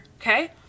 Okay